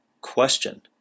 question